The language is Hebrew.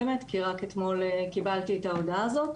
כי רק אתמול קיבלתי את ההודעה הזו.